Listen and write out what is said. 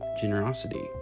Generosity